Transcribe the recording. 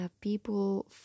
people